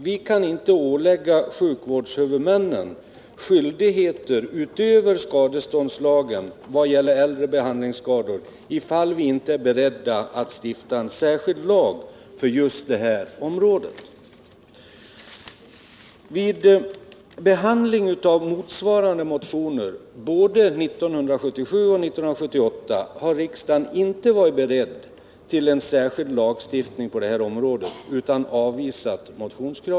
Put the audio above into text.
Vi kan inte ålägga sjukvårdshuvudmännen skyldigheter utöver skadeståndslagen vad gäller äldre behandlingsskador, om vi inte är beredda att stifta en särskild lag för just detta område. Vid behandlingen av motsvarande motion både 1977 och 1978 var riksdagen inte beredd till en särskild lagstiftning på detta område utan avvisade motionskravet.